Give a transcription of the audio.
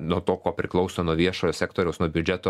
nuo to ko priklauso nuo viešojo sektoriaus nuo biudžeto